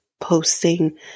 posting